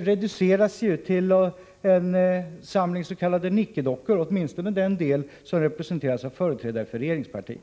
reduceras till en samling nickedockor, åtminstone den del som representerar regeringspartiet.